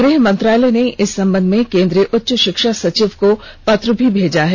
गृहमंत्रालय ने इस संबंध में केन्द्रीय उच्च षिक्षा सचिव को पत्र भी भेजा है